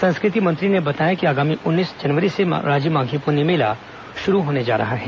संस्कृति मंत्री ने बताया कि आगामी उन्नीस जनवरी से राजिम माघी पुन्नी मेला शुरू होने जा रहा है